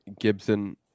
Gibson